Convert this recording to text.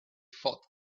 thought